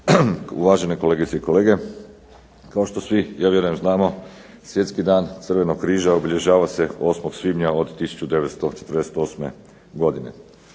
Uvažene kolegice i kolege. Kao što svi ja vjerujem znamo Svjetski dan crvenog križa obilježava se 8. svibnja od 1948. godine.